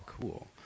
Cool